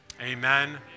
Amen